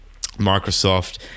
Microsoft